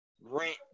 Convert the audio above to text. rent